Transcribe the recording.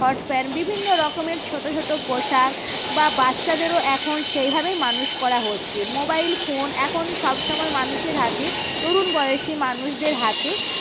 hot pant বিভিন্ন রকমের ছোটো ছোটো পোশাক বা বাচ্চাদেরও এখন সেইভাবেই মানুষ করা হচ্ছে মোবাইল ফোন এখন সব সময় মানুষের হাতে তরুণ বয়সী মানুষদের হাতে